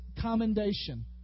commendation